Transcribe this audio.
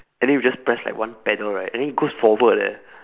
and then you just press like one pedal right and then it goes forward leh